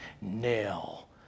nail